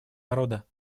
народа